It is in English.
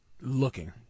looking